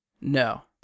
No